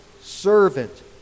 servant